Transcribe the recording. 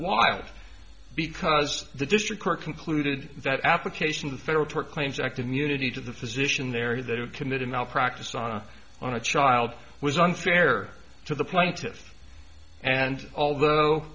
wild because the district court concluded that application of federal tort claims act immunity to the physician there that are committing malpractise on a on a child was unfair to the plaintiff and although